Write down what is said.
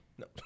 No